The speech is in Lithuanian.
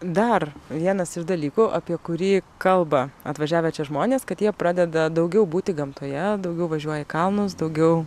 dar vienas iš dalykų apie kurį kalba atvažiavę čia žmonės kad jie pradeda daugiau būti gamtoje daugiau važiuoja į kalnus daugiau